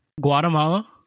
Guatemala